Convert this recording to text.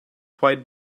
quite